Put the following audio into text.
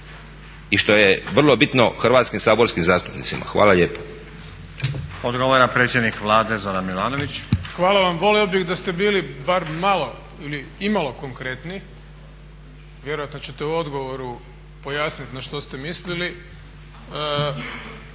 i što je vrlo bitno hrvatskim saborskim zastupnicima. Hvala lijepo. **Stazić, Nenad (SDP)** Odgovara predsjednik Vlade Zoran Milanović. **Milanović, Zoran (SDP)** Hvala vam. Volio bih da ste bili bar malo ili imalo konkretni, vjerojatno ćete u odgovoru pojasniti na što ste mislili. Ja ne